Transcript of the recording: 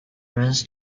runs